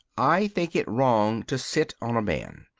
i think it wrong to sit on a man.